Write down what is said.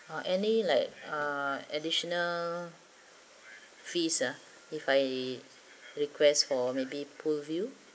uh any like ah additional fees ah if I request for maybe pool view